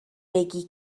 بگی